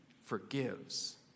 forgives